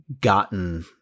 gotten